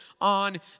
on